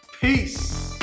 Peace